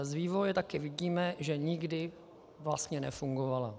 Z vývoje taky vidíme, že nikdy vlastně nefungovala.